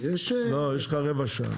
יש לך רבע שעה.